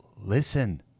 Listen